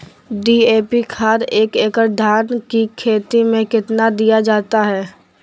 DAP खाद एक एकड़ धान की खेती में कितना दीया जाता है?